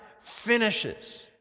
finishes